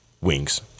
wings